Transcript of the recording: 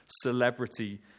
celebrity